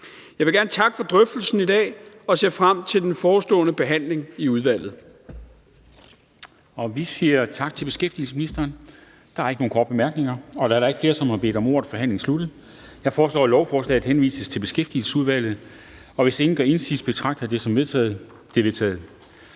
Jeg vil gerne takke for drøftelsen i dag, og jeg ser frem til den forestående behandling i udvalget. Kl. 12:34 Formanden (Henrik Dam Kristensen): Vi siger tak til beskæftigelsesministeren. Der er ikke nogen korte bemærkninger. Da der ikke er flere, som har bedt om ordet, er forhandlingen slut. Jeg foreslår, at lovforslaget henvises til Beskæftigelsesudvalget. Hvis ingen gør indsigelse, betragter jeg det som vedtaget. Det er vedtaget.